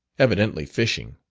evidently fishing.